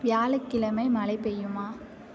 வியாழக்கிழமை மழை பெய்யுமா